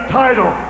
title